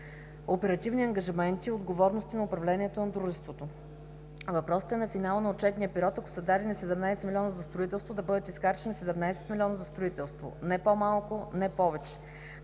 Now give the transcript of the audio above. оперативни ангажименти и отговорности на управлението на Дружеството. Въпросът е на финала на отчетния период, ако са дадени 17 млн. лв. за строителство, да бъдат изхарчени 17 млн. лв. за строителство – не по-малко, не повече,